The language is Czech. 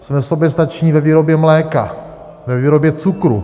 Jsme soběstační ve výrobě mléka, ve výrobě cukru.